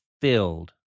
filled